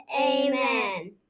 Amen